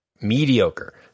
mediocre